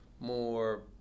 more